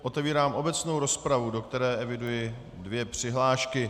Otevírám obecnou rozpravu, do které eviduji dvě přihlášky.